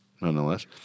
nonetheless